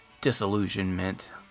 disillusionment